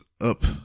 up